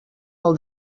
del